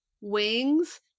Wings